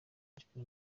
juvénal